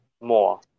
more